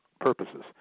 purposes